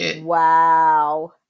Wow